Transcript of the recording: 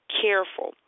careful